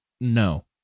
no